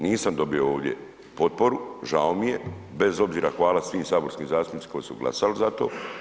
Nisam dobio ovdje potporu, žao mi je, bez obzira hvala svim saborskim zastupnicima koji su glasali za to.